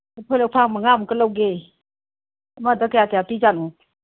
ꯂꯐꯣꯏ ꯂꯐꯥꯡ ꯃꯉꯥꯃꯨꯛꯀ ꯂꯧꯒꯦ ꯑꯃꯗ ꯀꯌꯥ ꯀꯌꯥ ꯄꯤꯖꯥꯠꯅꯣ